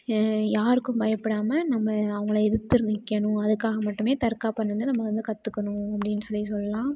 யாருக்கும் பயப்படாமல் நம்ம அவங்கள எதிர்த்து நிற்கணும் அதுக்காக மட்டுமே தற்காப்பை வந்து நம்ம வந்து கற்றுக்கணும் அப்டின்னு சொல்லி சொல்லலாம்